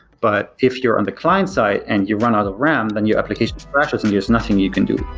but if you're on the client side and you run out of ram, then your application crashes and there's nothing you can do.